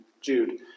Jude